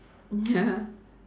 ya